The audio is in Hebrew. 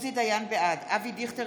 בעד אבי דיכטר,